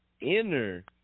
inner